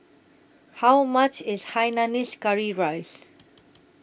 How much IS Hainanese Curry Rice